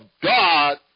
God